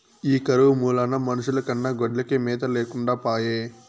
ఈ కరువు మూలాన మనుషుల కన్నా గొడ్లకే మేత లేకుండా పాయె